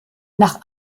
nach